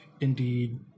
Indeed